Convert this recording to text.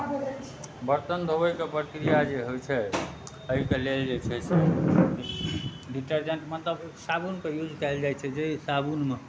बर्तन धोबैके प्रक्रिआ जे होइत छै एहिके लेल जे छै से डिटर्जेंट मतलब साबुनके यूज कयल जाइत छै जे साबुन